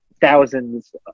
thousands